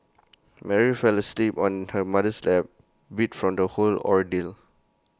Mary fell asleep on her mother's lap beat from the whole ordeal